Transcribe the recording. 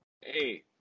Hey